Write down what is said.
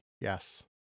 yes